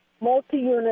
multi-unit